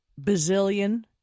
bazillion